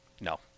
No